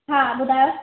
हा ॿुधायो